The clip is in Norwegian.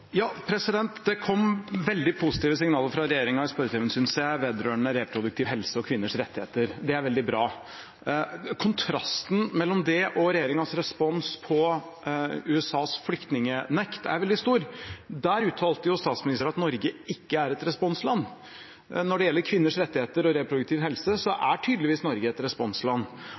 Det kom veldig positive signaler fra regjeringen i spørretimen, synes jeg, vedrørende reproduktiv helse og kvinners rettigheter. Det er veldig bra. Kontrasten mellom det og regjeringens respons på USAs flyktningnekt er veldig stor. Der uttalte statsministeren at Norge ikke er et responsland. Men når det gjelder kvinners rettigheter og reproduktiv helse, er tydeligvis Norge et responsland.